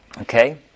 Okay